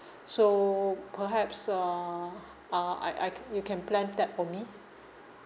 so perhaps uh uh I I c~ you can plan that for me